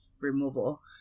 removal